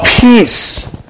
peace